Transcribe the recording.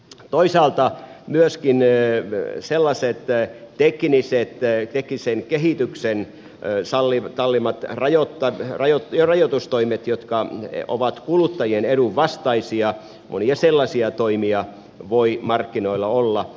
toisaalta mäiskineet sellaiset työt teki niissä jäi tekniseen kehitykseen myöskin sellaisia teknisiä teknisen kehityksen sallimia rajoitustoimia jotka ovat kuluttajien edun vastaisia monia sellaisia toimia voi markkinoilla olla